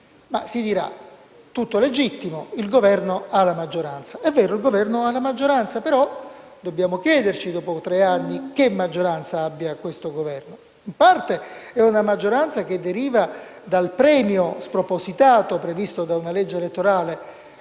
che è tutto legittimo, perché il Governo ha la maggioranza. È vero, il Governo ha la maggioranza, però dobbiamo chiederci, dopo tre anni, che maggioranza abbia questo Governo. In parte, è una maggioranza che deriva dal premio spropositato previsto da una legge elettorale